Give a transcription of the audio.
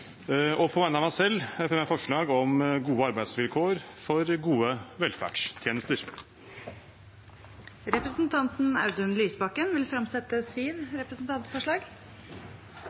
Og på vegne av meg selv fremmer jeg forslag om gode arbeidsvilkår for gode velferdstjenester. Representanten Audun Lysbakken vil fremsette syv representantforslag.